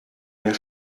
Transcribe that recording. den